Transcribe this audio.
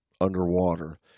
underwater